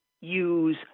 use